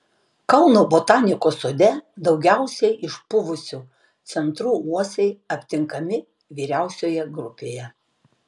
kauno botanikos sode daugiausiai išpuvusiu centru uosiai aptinkami vyriausioje grupėje